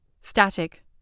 Static